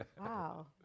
Wow